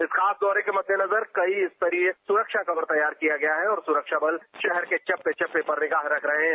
इस खास दौरे के मद्देनजर कई स्तरीय सुरक्षा कवर तैयार किया गया है और सुरक्षाबल शहर के चप्पे चप्पे पर निगाह रख रहे हैं